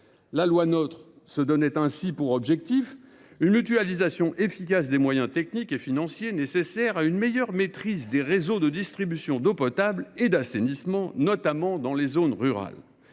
La loi NOTRe se donnait ainsi pour objectif une mutualisation efficace des moyens techniques et financiers nécessaires à une meilleure maîtrise des réseaux de distribution d’eau potable et d’assainissement, notamment dans les zones rurales.